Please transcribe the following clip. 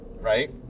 right